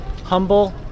humble